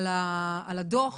על הדוח